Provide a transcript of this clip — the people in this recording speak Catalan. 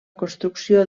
construcció